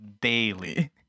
daily